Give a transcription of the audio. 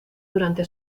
durante